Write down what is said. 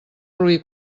roí